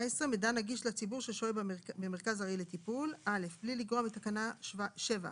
מידע נגיש לציבור ששוהה במרכז ארעי לטיפול 17. (א)בלי לגרוע מתקנה 7,